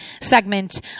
segment